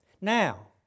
Now